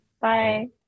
Bye